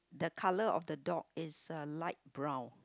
that colour of the dog is a light brown